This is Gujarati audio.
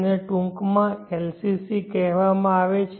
તેને ટૂંકમાં LCC કહેવામાં આવે છે